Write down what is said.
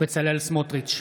בצלאל סמוטריץ'